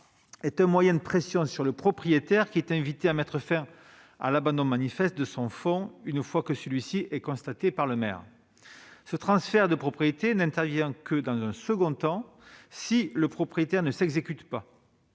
est un moyen de pression sur le propriétaire, qui est invité à mettre fin à l'abandon manifeste de son fonds une fois que celui-ci est constaté par le maire. Ce transfert de propriété n'intervient que dans un second temps, si le propriétaire ne s'exécute pas.